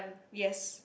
yes